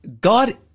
God